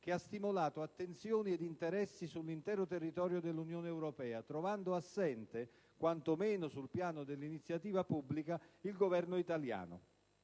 che ha stimolato attenzioni ed interessi sull'intero territorio dell'Unione europea, trovando assente, quanto meno sul piano dell'iniziativa pubblica, il Governo italiano.